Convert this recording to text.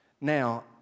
Now